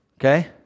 Okay